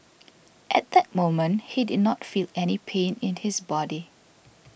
at that moment he did not feel any pain in his body